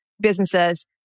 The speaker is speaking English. businesses